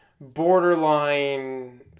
borderline